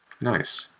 Nice